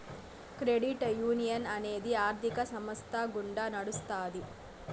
credit union అనేది ఆర్థిక సంస్థ గుండా నడుత్తాది